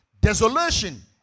Desolation